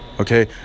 Okay